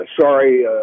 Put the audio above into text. sorry